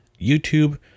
YouTube